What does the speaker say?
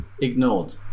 ignored